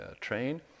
train